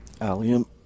allium